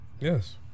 Yes